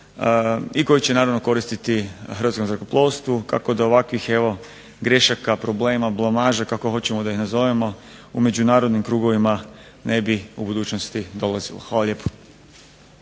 i koji će naravno koristiti hrvatskom zrakoplovstvu kako do ovakvih grešaka, problema, blamaže, kako hoćemo da ih nazovemo, u međunarodnim krugovima ne bi u budućnosti dolazilo. Hvala lijepo.